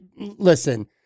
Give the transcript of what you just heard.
listen